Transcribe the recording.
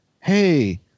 Hey